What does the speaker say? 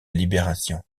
libération